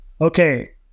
Okay